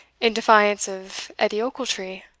in defiance of edie ochiltree?